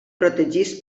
protegits